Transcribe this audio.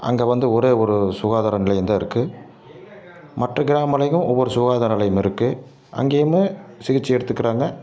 அங்கே வந்து ஒரே ஒரு சுகாதார நிலையம்தான் இருக்குது மற்ற கிராமங்களிலும் ஒவ்வொரு சுகாதார நிலையம் இருக்குது அங்கையுமே சிகிச்சை எடுத்துக்கிறாங்க